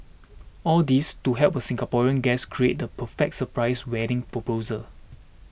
all this to help a Singaporean guest create the perfect surprise wedding proposal